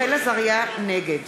נגד